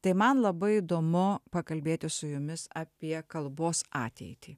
tai man labai įdomu pakalbėti su jumis apie kalbos ateitį